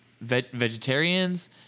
vegetarians